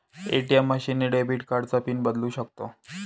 ATM machine ने debit कार्डचा pin बदलू शकतो